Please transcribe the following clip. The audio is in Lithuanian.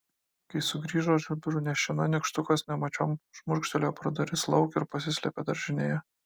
kai sugrįžo žiburiu nešina nykštukas nemačiom šmurkštelėjo pro duris lauk ir pasislėpė daržinėje